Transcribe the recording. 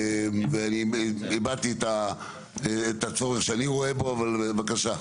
ואני הבעתי את הצורך שאני רואה בו, אבל בבקשה.